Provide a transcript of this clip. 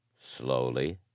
Slowly